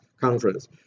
conference